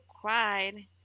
cried